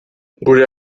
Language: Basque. gure